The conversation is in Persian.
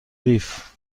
قیف